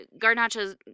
garnacha